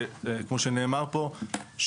כמו שנאמר פה,